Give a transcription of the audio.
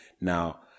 now